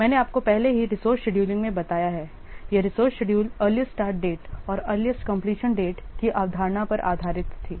मैंने आपको पहले ही रिसोर्से शेड्यूलिंग में बताया है यह resource schedule earliest start date और अर्लीस्ट कंपलीशन डेट की अवधारणा पर आधारित थी